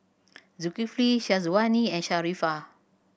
Zulkifli Syazwani and Sharifah